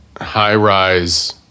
high-rise